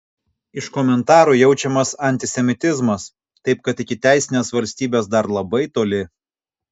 iš komentarų jaučiamas antisemitizmas taip kad iki teisinės valstybės dar labai toli